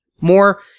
More